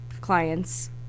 clients